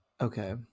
Okay